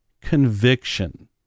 conviction